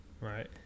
Right